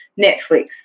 Netflix